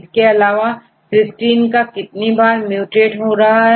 इसके अलावा cystine का कितनी बार म्यूटेट हो रहा है